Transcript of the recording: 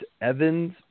Evans